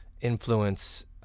influence